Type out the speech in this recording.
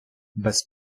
без